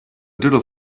doodle